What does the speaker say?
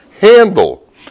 handle